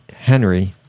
Henry